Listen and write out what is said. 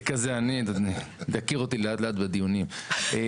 כאן בסוף ראש העיר יסתובב בעיר שחלילה